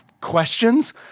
questions